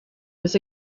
was